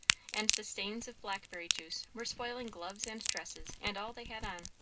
and the stains of blackberry juice were spoiling gloves and dresses and all they had on.